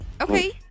Okay